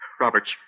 Roberts